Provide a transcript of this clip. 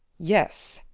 yes,